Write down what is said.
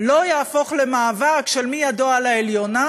לא יהפוך למאבק של מי ידו על העליונה.